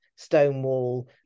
Stonewall